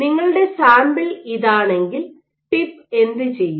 നിങ്ങളുടെ സാമ്പിൾ ഇതാണെങ്കിൽ ടിപ്പ് എന്തുചെയ്യും